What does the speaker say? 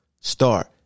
start